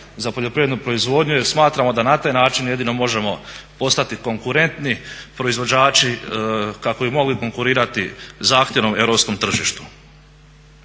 za poljoprivrednu proizvodnju jer smatramo da na taj način jedino možemo poslati konkurentni proizvođači kako bi mogli konkurirati zahtjevnom europskom tržištu.